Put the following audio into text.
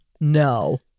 no